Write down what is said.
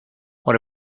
what